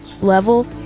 level